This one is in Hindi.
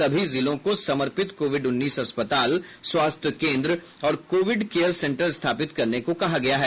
सभी जिलों को समर्पित कोविड उन्नीस अस्पताल स्वास्थ्य केंद्र और कोविड केयर सेंटर स्थापित करने को कहा गया है